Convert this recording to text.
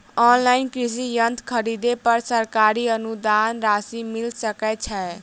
Online कृषि यंत्र खरीदे पर सरकारी अनुदान राशि मिल सकै छैय?